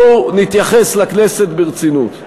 בואו נתייחס לכנסת ברצינות,